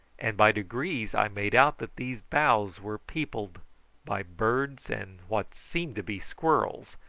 and by degrees i made out that these boughs were peopled by birds and what seemed to be squirrels,